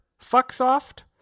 Fucksoft